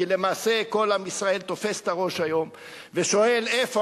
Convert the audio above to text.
כי למעשה כל עם ישראל תופס את הראש היום ושואל איפה